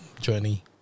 journey